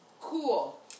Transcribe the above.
cool